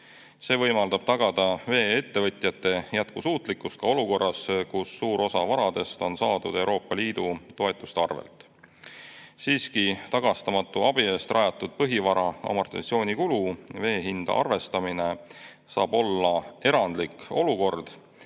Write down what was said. See võimaldab tagada vee-ettevõtete jätkusuutlikkus ka olukorras, kus suur osa varadest on saadud Euroopa Liidu toetuste abil. Siiski, tagastamatu abi eest rajatud põhivara amortisatsioonikulu vee hinda arvestamine on erandlik olukord